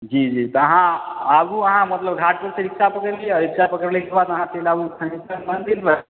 जी जी तऽ आहाँ आबू अहाँ मतलब घाटपर सँ रिक्सा पकड़ि लिऽ रिक्सा पकड़लाके बाद चलि आबु थानेसर मन्दिरपर